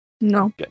No